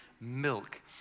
Milk